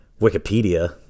Wikipedia